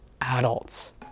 adults